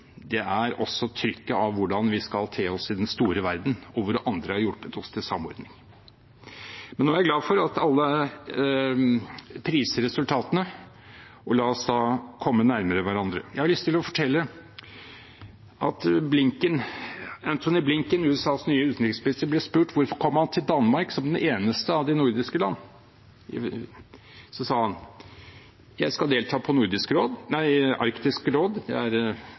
Det er også trykket av hvordan vi skal te oss i den store verden, og der andre har hjulpet oss til samordning. Men nå er jeg er glad for at alle priser resultatene. La oss da komme nærmere hverandre. Jeg har lyst til å fortelle at Antony Blinken, USAs nye utenriksminister, ble spurt om hvorfor han kom til Danmark som det eneste av de nordiske land. Han sa: Jeg skal delta på Arktisk råd,